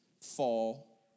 fall